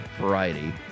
variety